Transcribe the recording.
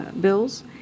bills